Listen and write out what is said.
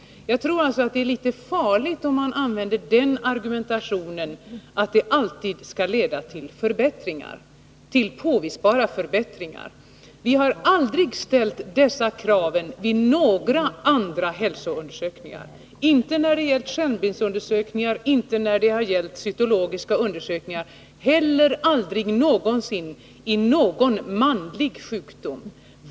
Jag tror att det är litet farligt att använda kriteriet att hälsoundersökningar alltid skall leda till påvisbara förbättringar. Vi har aldrig ställt det kravet vid några andra hälsoundersökningar — inte när det gällt skärmbildsundersökningar, inte när det gällt cytologiska undersökningar och inte heller när det gällt någon manlig sjukdom.